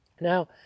Now